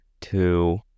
two